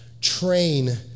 train